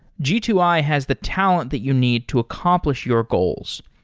g two i has the talent that you need to accomplish your goals.